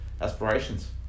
aspirations